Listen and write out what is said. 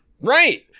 right